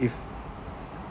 if